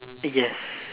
yes